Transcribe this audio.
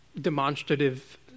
demonstrative